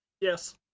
Yes